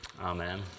amen